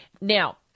Now